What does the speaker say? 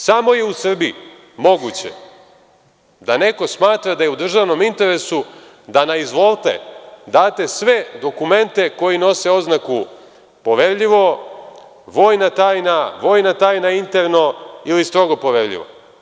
Samo je u Srbiji moguće da neko smatra da je u državnom interesu da na izvol'te date sve dokumente koji nose oznaku poverljivo, vojna tajna, vojna tajna interno, ili strogo poverljivo.